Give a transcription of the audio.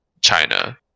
China